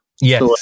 Yes